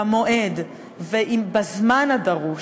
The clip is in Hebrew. במועד ובזמן הדרוש,